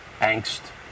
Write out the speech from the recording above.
angst